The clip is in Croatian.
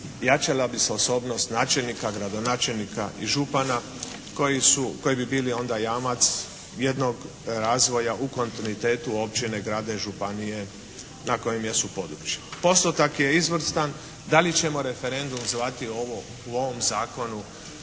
jačala bi se osobnost načelnika, gradonačelnika i župana koji bi bili onda jamac jednog razvoja u kontinuitetu općine, grada i županije na kojem jesu području. Postotak je izvrstan, da li ćemo referendum zvati u ovom Zakonu